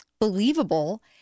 believable